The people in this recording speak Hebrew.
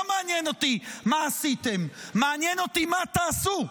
לא מעניין אותי מה עשיתם, מעניין אותי מה תעשו.